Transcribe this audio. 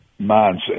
mindset